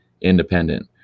independent